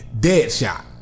Deadshot